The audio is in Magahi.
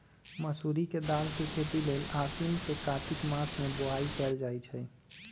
मसूरी के दाल के खेती लेल आसीन से कार्तिक मास में बोआई कएल जाइ छइ